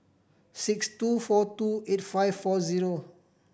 six two four two eight five four zero